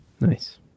Nice